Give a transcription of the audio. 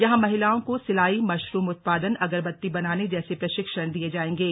यहां महिलाओं को सिलाई मशरूम उत्पादन अगरबत्ती बनाने जैसे प्रशिक्षण दिए जाएंगे